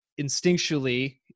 instinctually